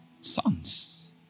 Sons